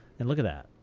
and look at that.